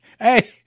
Hey